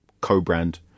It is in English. co-brand